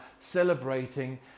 celebrating